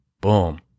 boom